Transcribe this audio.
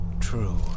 True